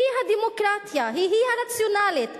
היא הדמוקרטיה, היא הרציונלית.